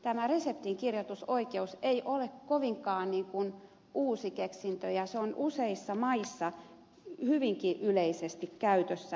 tämä reseptinkirjoitusoikeus ei ole kovinkaan uusi keksintö ja se on useissa maissa hyvinkin yleisesti käytössä